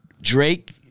Drake